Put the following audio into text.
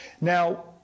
Now